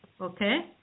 Okay